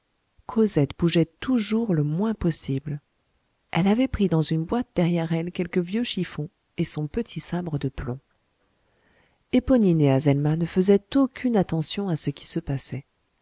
cosette bougeait toujours le moins possible elle avait pris dans une boîte derrière elle quelques vieux chiffons et son petit sabre de plomb éponine et azelma ne faisaient aucune attention à ce qui se passait